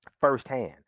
firsthand